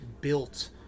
built